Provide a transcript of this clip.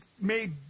made